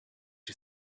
you